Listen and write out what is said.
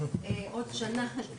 אתם יודעים יותר